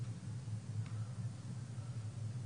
אבל מאריכים את הפטור מהחוק לתושבי האזור,